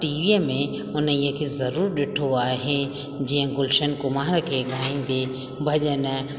टीवीअ में उन खे ज़रूर ॾिठो आहे जीअं गुलशन कुमार खे ॻाईंदे भॼन